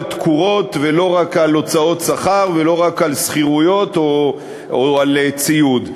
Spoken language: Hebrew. תקורות ולא רק על הוצאות שכר ולא רק על שכירויות או על ציוד.